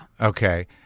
Okay